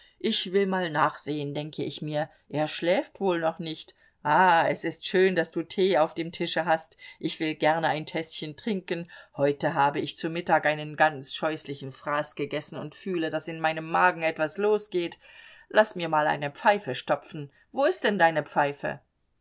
ich will mal nachsehen denke ich mir er schläft wohl noch nicht ah es ist schön daß du tee auf dem tische hast ich will gerne ein täßchen trinken heute habe ich zu mittag einen ganz scheußlichen fraß gegessen und fühle daß in meinem magen etwas losgeht laß mir mal eine pfeife stopfen wo ist denn deine pfeife